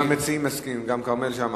המציעים מסכימים, גם חבר הכנסת כרמל שאמה.